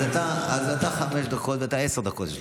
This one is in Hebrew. אז אתה חמש דקות, ולך יש עשר דקות.